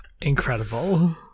incredible